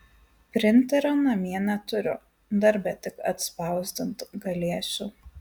printerio namie neturiu darbe tik atspausdint galėsiu